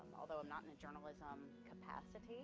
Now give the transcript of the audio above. although i'm not in the journalism capacity